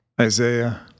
Isaiah